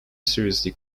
seriously